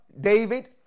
David